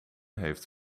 heeft